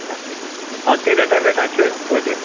آچھا آز کیٛاہ ریٹھہ ویٹھہ چھِ توتہِ